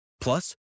Plus